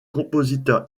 compositeur